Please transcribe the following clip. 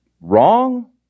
wrong